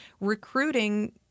recruiting